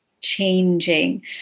changing